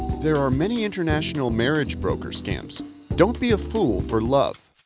there are many international marriage broker scams don't be a fool for love.